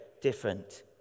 different